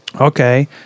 Okay